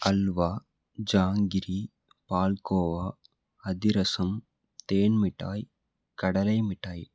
அல்வா ஜாங்கிரி பால்கோவா அதிரசம் தேன் மிட்டாய் கடலை மிட்டாய்